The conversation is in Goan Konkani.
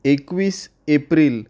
एकवीस एप्रील